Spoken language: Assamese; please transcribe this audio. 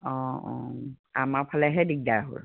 অঁ অঁ আমাৰ ফালেহে দিগদাৰ হ'ল